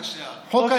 רק שנייה, שלמה.